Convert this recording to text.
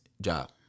job